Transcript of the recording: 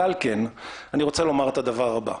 ועל כן אני רוצה לומר את הדבר הבא: